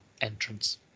entrance